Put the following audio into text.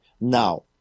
now